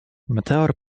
meteor